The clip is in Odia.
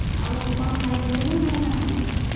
ଆଉ କ'ଣ ଖାଇଛନ୍ତି ନା ଖାଇନାହାନ୍ତି